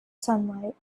sunlight